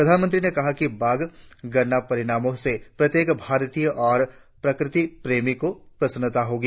प्रधानमंत्री ने कहा कि बाघ गणना परिणामों से प्रत्येक भारतीय और प्रकृतिक प्रेमी को प्रसन्नता होगी